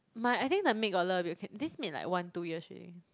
my I think the maid got learn a bit of Can~ this maid like one two years already